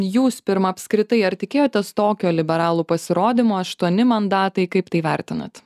jūs pirma apskritai ar tikėjotės tokio liberalų pasirodymo aštuoni mandatai kaip tai vertinat